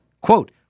Quote